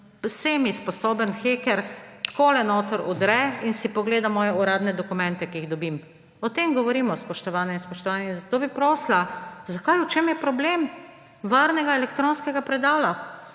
/ pokaže z gesto/ noter vdre in si pogleda moje uradne dokumente, ki jih dobim. O tem govorimo, spoštovane in spoštovani. Zato bi prosila – zakaj, v čem je problem varnega elektronskega predala?